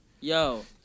Yo